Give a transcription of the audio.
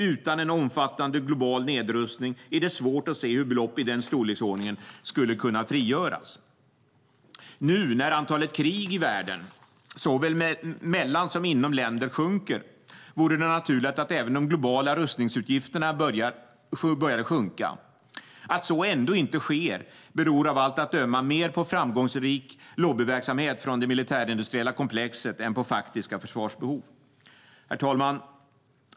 Utan en omfattande global nedrustning är det svårt att se hur belopp i den storleksordningen skulle kunna frigöras. Nu när antalet krig i världen, såväl mellan som inom länder, sjunker vore det naturligt att även de globala rustningsutgifterna började sjunka. Att så ändå inte sker beror av allt att döma mer på framgångsrik lobbyverksamhet från det militärindustriella komplexet än på faktiska försvarsbehov. Herr talman!